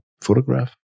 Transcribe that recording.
photograph